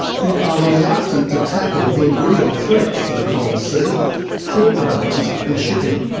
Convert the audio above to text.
who are reluctant to tackle the real threats to the coral sea port development and shipping.